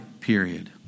period